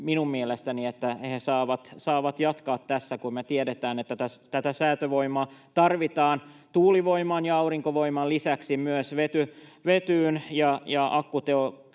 minun mielestäni, että he saavat jatkaa, kun me tiedetään, että tätä säätövoimaa tarvitaan. Tuulivoiman ja aurinkovoiman lisäksi myös vetyyn ja akkuteknologiaan